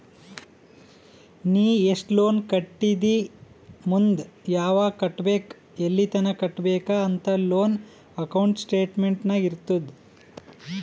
ನೀ ಎಸ್ಟ್ ಲೋನ್ ಕಟ್ಟಿದಿ ಮುಂದ್ ಯಾವಗ್ ಕಟ್ಟಬೇಕ್ ಎಲ್ಲಿತನ ಕಟ್ಟಬೇಕ ಅಂತ್ ಲೋನ್ ಅಕೌಂಟ್ ಸ್ಟೇಟ್ಮೆಂಟ್ ನಾಗ್ ಇರ್ತುದ್